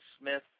Smith